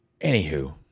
Anywho